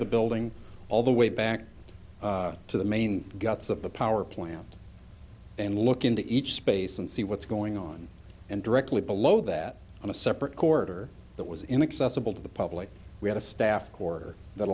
the building all the way back to the main guts of the power plant and look into each space and see what's going on and directly below that on a separate corridor that was inaccessible to the public we had a staff